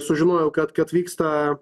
sužinojau kad kad vyksta